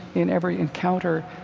in every encounter,